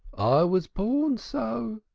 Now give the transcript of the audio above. was born so.